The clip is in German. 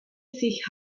sich